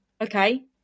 okay